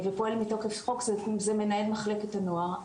ופועל מתוקף חוק, זה מנהל מחלקת הנוער.